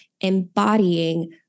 embodying